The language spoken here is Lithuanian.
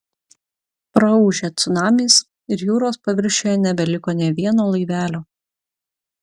praūžė cunamis ir jūros paviršiuje nebeliko nė vieno laivelio